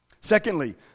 secondly